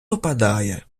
опадає